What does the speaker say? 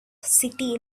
city